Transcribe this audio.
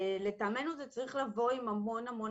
למטעמנו זה צריך לבוא עם המון המון